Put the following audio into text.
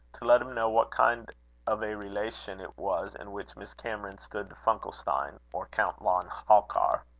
to let him know what kind of a relation it was, in which miss cameron stood to funkelstein, or count von halkar.